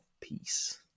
peace